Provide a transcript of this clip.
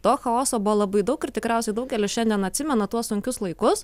to chaoso buvo labai daug ir tikriausiai daugelis šiandien atsimena tuos sunkius laikus